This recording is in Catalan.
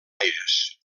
aires